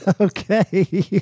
Okay